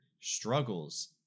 struggles